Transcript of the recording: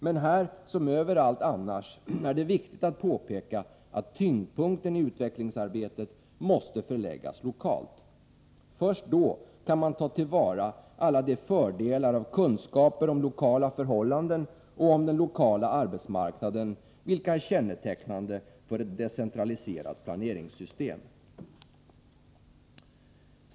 Men här som överallt annars är det viktigt att påpeka att tyngdpunkten i utvecklingsarbetet måste förläggas lokalt. Först då kan man ta till vara alla de fördelar av kunskaper om lokala förhållanden och om den lokala arbetsmarknaden som är kännetecknande för ett decentraliserat planeringssystem.